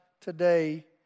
today